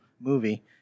movie